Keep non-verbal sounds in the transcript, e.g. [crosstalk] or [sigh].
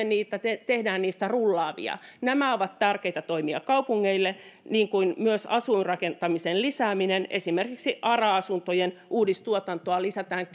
[unintelligible] niitä teemme niistä rullaavia nämä ovat tärkeitä toimia kaupungeille niin kuin myös asuinrakentamisen lisääminen esimerkiksi ara asuntojen uudistuotantoa lisätään [unintelligible]